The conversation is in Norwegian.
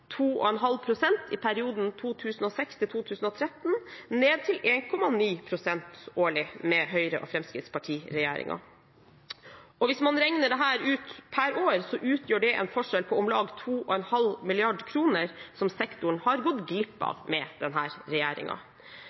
2,5 pst. i perioden 2006–2013 til 1,9 pst. årlig med Høyre–Fremskrittsparti-regjeringen. Hvis man regner ut dette per år, utgjør det en forskjell på om lag 2,5 mrd. kr, som sektoren har gått glipp av med